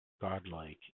godlike